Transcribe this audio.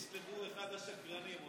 ישלחו אחד השקרנים.